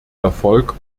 erfolg